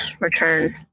return